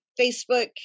Facebook